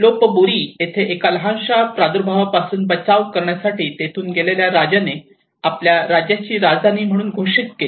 लोप बुरी येथे एका लहानशा प्रादुर्भावापासून बचाव करण्यासाठी तेथून गेलेल्या राजाने आपल्या राज्याची राजधानी म्हणून घोषित केली